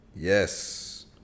Yes